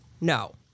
No